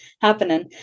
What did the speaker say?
happening